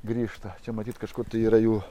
grįžta čia matyt kažkur tai yra jų